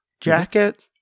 jacket